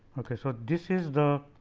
ok. so, this is the